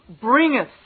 bringeth